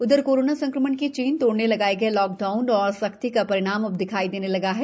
इधरकोरोना संक्रमण की चैन तोड़ने लगाए गए लॉकडाउन और सख्ती का परिणाम अब दिखाई देने लगा है